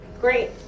Great